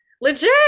Legit